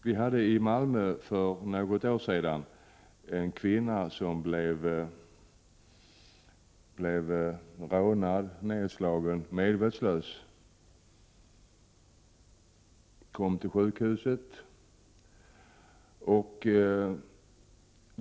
För något år sedan blev t.ex. en kvinna i Malmö rånad och nedslagen. Hon fördes medvetslös till sjukhuset.